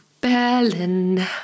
Berlin